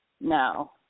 No